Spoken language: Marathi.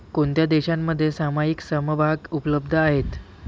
कोणत्या देशांमध्ये सामायिक समभाग उपलब्ध आहेत?